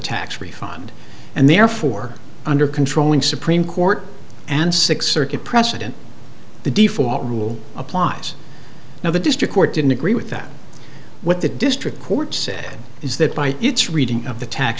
tax refund and therefore under control in supreme court and six circuit precedent the default rule applies now the district court didn't agree with that what the district court said is that by its reading of the tax